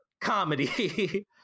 comedy